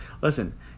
listen